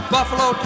Buffalo